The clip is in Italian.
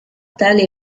tale